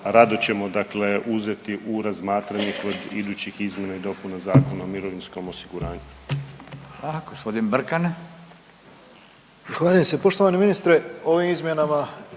rado ćemo dakle uzeti u razmatranje kod idućih izmjena i dopuna Zakona o mirovinskom osiguranju.